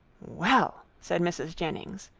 well! said mrs. jennings,